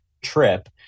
trip